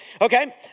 okay